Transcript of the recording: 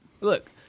Look